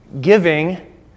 giving